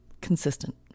consistent